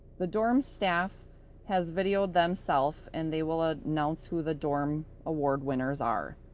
the dorm staff has video them self, and they will ah announce who the dorm award winners are.